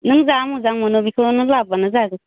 नों जा मोजां मोनो बेखौनो लाबोब्लानो जागोन